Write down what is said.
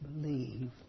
believe